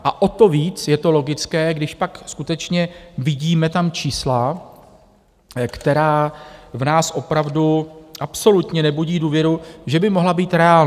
A o to víc je to logické, když pak skutečně vidíme tam čísla, která v nás opravdu absolutně nebudí důvěru, že by mohla být reálná.